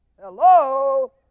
Hello